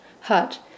hut